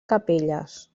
capelles